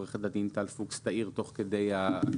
עורכת הדין טל פוקס תעיר תוך כדי ההקראה.